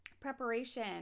preparation